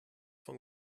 von